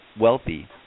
wealthy